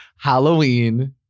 Halloween